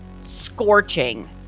scorching